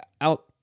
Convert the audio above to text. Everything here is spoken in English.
out